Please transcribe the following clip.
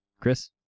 chris